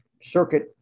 circuit